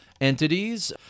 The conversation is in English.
entities